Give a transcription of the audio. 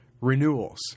renewals